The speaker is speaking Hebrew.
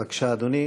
בבקשה, אדוני.